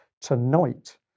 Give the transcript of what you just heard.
tonight